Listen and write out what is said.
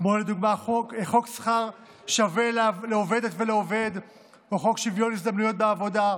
כמו חוק שכר שווה לעובדת ולעובד או חוק שוויון הזדמנויות בעבודה,